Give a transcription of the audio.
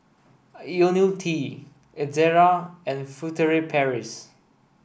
Ionil T Ezerra and Furtere Paris